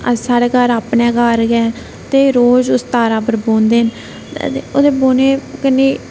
अज्ज साढ़े घार अपने घार गै एह् रोज उस घरा उप्पर बौंहदे ना ओहदे बौहने कन्नै